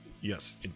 Yes